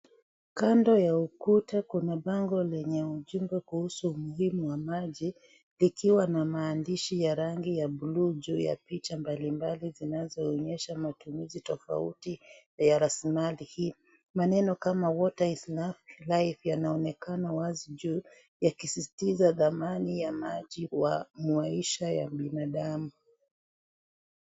Kando ya ukuta kuna bango lenye ujumbe kuhusu umuhimu wa maji; likiwa na maandishi ya rangi ya buluu juu ya picha mbalimbali zinazoonyesha matumizi tofauti ya rasilimali hii. Maneno kama Water is Life yanaonekana wazi juu yakisisitiza dhamani ya maji kwa maisha ya mwanadamu.